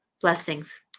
Blessings